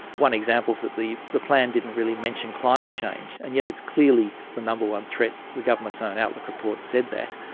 one example is that the the plan didn't really mention climate change, and yet clearly the number one threat, the government's own outlook report said that.